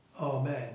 Amen